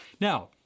Now